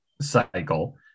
cycle